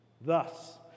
thus